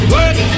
Work